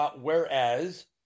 whereas